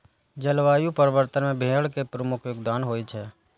जलवायु परिवर्तन मे भेड़ के प्रमुख योगदान होइ छै